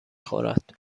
خورد